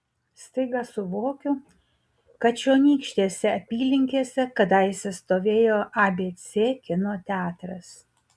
staiga suvokiu kad čionykštėse apylinkėse kadaise stovėjo abc kino teatras